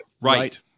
right